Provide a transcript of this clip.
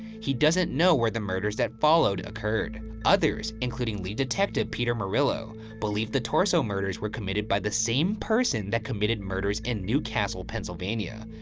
he doesn't know where the murders that followed occurred. others including lead detective, peter merylo, believe the torso murders were committed by the same person that committed murders in new castle, pennsylvania.